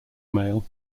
mail